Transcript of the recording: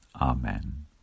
Amen